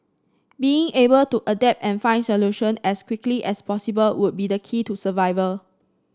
being able to adapt and find solution as quickly as possible would be the key to survival